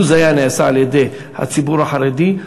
לו זה היה נעשה על-ידי הציבור החרדי,